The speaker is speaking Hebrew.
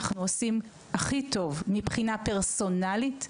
אנחנו עושים הכי טוב מבחינה פרסונלית,